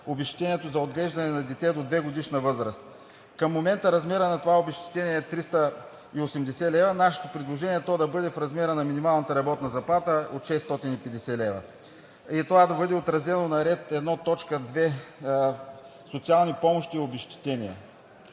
обезщетението за отглеждане на дете до 2-годишна възраст“. Към момента размерът на това обезщетение е 380 лв., а нашето предложение е то да бъде: „В размер на минималната работна заплата от 650 лв.“ Това да бъде отразено на ред 1.2 „Социални помощи и обезщетения“.